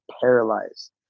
paralyzed